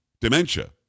dementia